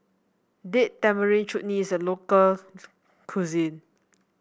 Date Tamarind Chutney is a local cuisine